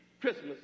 Christmas